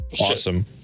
Awesome